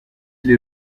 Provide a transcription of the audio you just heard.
les